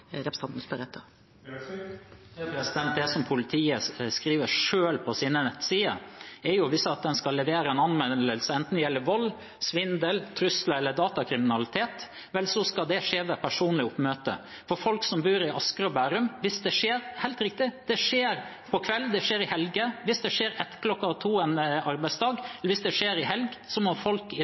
representanten spør etter. Det politiet selv skriver på sine nettsider, er at hvis en skal levere en anmeldelse, enten det gjelder vold, svindel, trusler eller datakriminalitet, skal det skje ved personlig oppmøte. Det er helt riktig, kriminalitet skjer om kvelden, det skjer i helgene. Hvis det skjer etter kl. 14 en arbeidsdag, og hvis det skjer i helgen, må folk